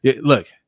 look